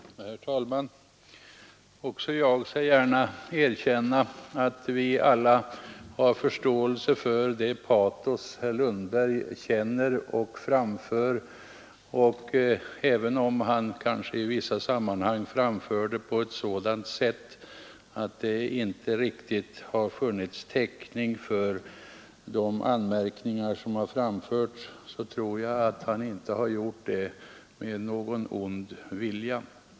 Herr talman! Också jag skall gärna erkänna att vi alla har förståelse för det patos herr Lundberg känner och framför. Även om han kanske i vissa sammanhang framför det på ett sådant sätt att det inte alltid finns täckning för hans anmärkningar, tror jag att han inte gör det i någon ond vilja.